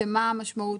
מה המשמעות?